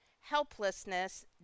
helplessness